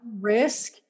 risk